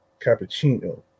cappuccino